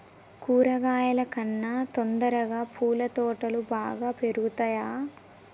కూరగాయల కన్నా తొందరగా పూల తోటలు బాగా పెరుగుతయా?